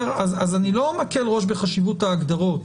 אז אני לא מקל ראש בחשיבות ההגדרות,